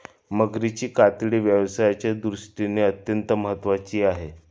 मगरीची कातडी व्यवसायाच्या दृष्टीने अत्यंत महत्त्वाची आहे